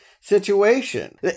situation